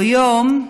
או יום,